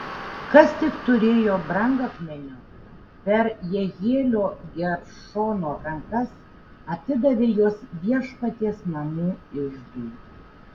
kas tik turėjo brangakmenių per jehielio geršono rankas atidavė juos viešpaties namų iždui